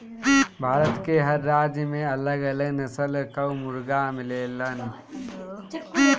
भारत के हर राज्य में अलग अलग नस्ल कअ मुर्गा मिलेलन